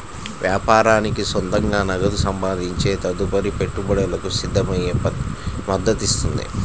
వ్యాపారానికి సొంతంగా నగదు సంపాదించే తదుపరి పెట్టుబడులకు సిద్ధమయ్యే మద్దతునిస్తుంది